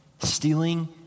stealing